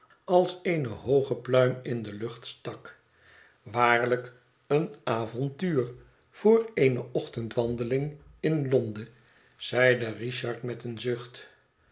als eene hooge pluim in de lucht stak waarlijk een avontuur voor eene ochtendwandeling in londen zeide richard met een zucht